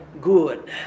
good